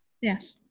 Yes